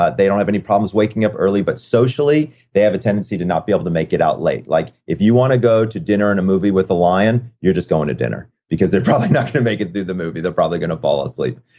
ah they don't have any problems waking up early, but socially, they have a tendency to not be able to make it out late. like if you want to go to dinner and a movie with a lion, you're just going to dinner, because they're probably not going to make it through the movie they're probably going to fall asleep.